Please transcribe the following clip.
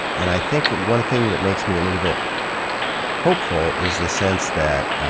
and i think, one thing that makes me a little bit hopeful is the sense that,